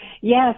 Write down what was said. Yes